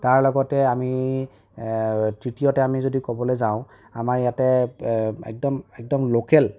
তাৰ লগতে আমি তৃতীয়তে আমি যদি ক'বলৈ যাওঁ আমাৰ ইয়াতে একদম একদম লোকেল